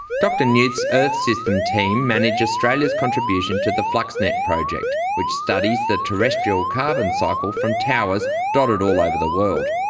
dr newth's earth system team manage australia's contribution to the fluxnet project, which studies the terrestrial carbon cycle from towers dotted all over the world.